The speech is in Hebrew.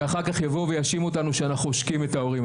ואחר-כך יבואו ויאשימו אותנו שאנחנו עושקים את ההורים.